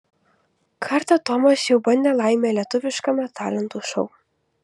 kartą tomas jau bandė laimę lietuviškame talentų šou